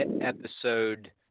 episode